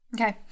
Okay